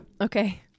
Okay